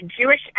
Jewish